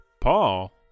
Paul